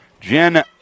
Jen